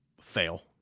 Fail